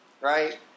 Right